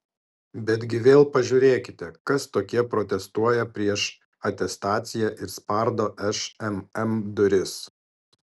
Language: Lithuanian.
betgi vėl pažiūrėkite kas tokie protestuoja prieš atestaciją ir spardo šmm duris